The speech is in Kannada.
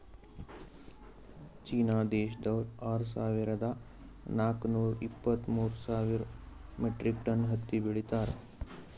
ಚೀನಾ ದೇಶ್ದವ್ರು ಆರ್ ಸಾವಿರದಾ ನಾಕ್ ನೂರಾ ಇಪ್ಪತ್ತ್ಮೂರ್ ಸಾವಿರ್ ಮೆಟ್ರಿಕ್ ಟನ್ ಹತ್ತಿ ಬೆಳೀತಾರ್